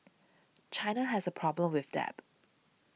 China has a problem with debt